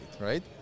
right